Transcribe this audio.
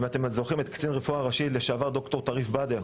הזה,